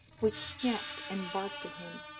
which snapped and barked at him.